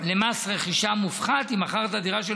למס רכישה מופחת אם מכר את הדירה של